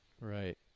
Right